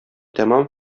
тәмам